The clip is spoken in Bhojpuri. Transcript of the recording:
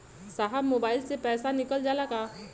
साहब मोबाइल से पैसा निकल जाला का?